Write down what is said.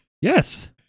Yes